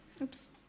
Oops